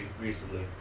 recently